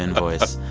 and voice